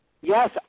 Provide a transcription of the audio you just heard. Yes